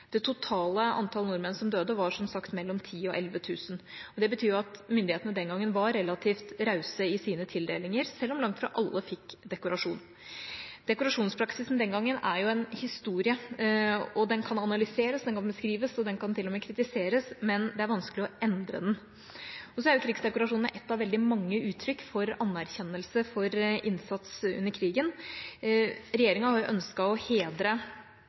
Det totale antall nordmenn som døde, var som sagt mellom 10 000 og 11 000. Det betyr at myndighetene den gangen var relativt rause i sine tildelinger, selv om langt fra alle fikk dekorasjon. Dekorasjonspraksisen den gangen er jo historie. Den kan analyseres, den kan beskrives, og den kan til og med kritiseres, men det er vanskelig å endre den. En krigsdekorasjon er et av veldig mange uttrykk for anerkjennelse for innsats under krigen. Regjeringa har ønsket å hedre